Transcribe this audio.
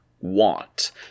want